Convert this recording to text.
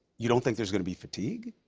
you don't think there's going to be fatigue?